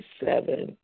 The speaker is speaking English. seven